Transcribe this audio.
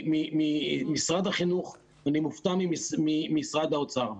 ממשרד החינוך, אני מופתע ממשרד האוצר.